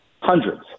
hundreds